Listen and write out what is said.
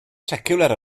seciwlar